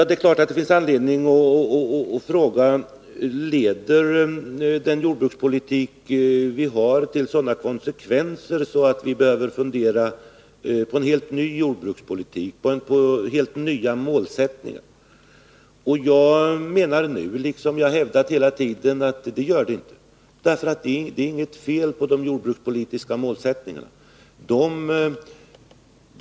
Det är klart att det finns anledning att fråga: Leder den jordbrukspolitik som vi har till sådana konsekvenser att vi behöver fundera på en helt ny jordbrukspolitik, helt nya målsättningar? Jag menar nu — liksom jag hävdat hela tiden — att den inte gör det. Det är inget fel på de jordbrukspolitiska målsättningarna.